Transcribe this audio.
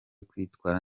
kwitwara